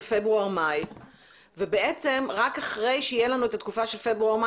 פברואר-מאי ובעצם רק אחרי שתהיה לנו את התקופה של פברואר-מאי